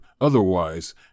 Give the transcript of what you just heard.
Otherwise